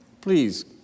Please